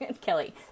Kelly